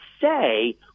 say